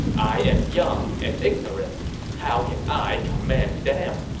i am young and ignorant how can i command them?